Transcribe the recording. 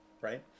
right